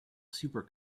super